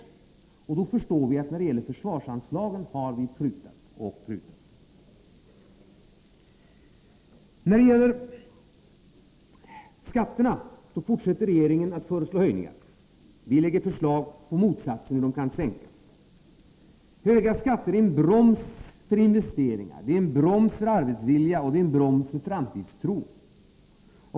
Då förstår man att vi verkligen prutat när det gäller försvarsanslagen. När det gäller skatterna fortsätter regeringen att föreslå höjningar. Vi lägger fram förslag om motsatsen — om hur de kan sänkas. Höga skatter är en broms för investeringar, arbetsvilja och framtidstro.